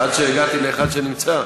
עד שהגעתי לאחד שנמצא.